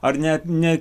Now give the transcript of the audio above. ar net ne